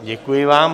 Děkuji vám.